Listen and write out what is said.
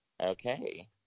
okay